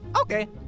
okay